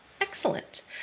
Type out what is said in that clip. excellent